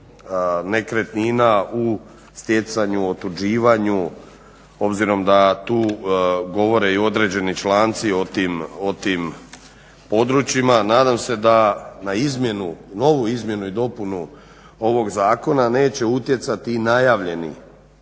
nekretnina u stjecanju, otuđivanju obzirom da tu govore i određeni članci o tim područjima. Nadam se da na novu izmjenu i dopunu ovog zakona neće utjecati i najavljeni